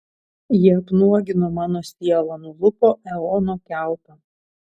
ji apnuogino mano sielą nulupo eono kiautą